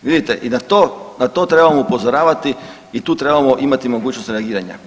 Vidite i na to trebamo upozoravati i tu trebamo imati mogućnost reagiranja.